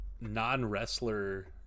non-wrestler